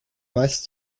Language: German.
meist